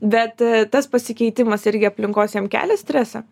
bet tas pasikeitimas irgi aplinkos jam kelia stresą